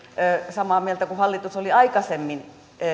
samaa mieltä kuin hallitus oli aikaisemmin